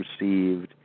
received